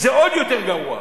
זה עוד יותר גרוע.